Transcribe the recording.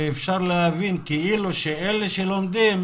אפשר להבין כאילו שאלה שלומדים,